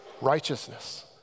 righteousness